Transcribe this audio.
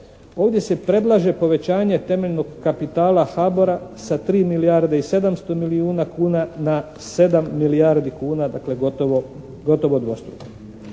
ovdje se predlaže povećanje temeljnog kapitala HABOR-a sa 3 milijarde i 700 milijuna kuna na 7 milijardi kuna dakle, gotovo dvostruko.